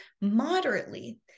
moderately